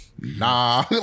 nah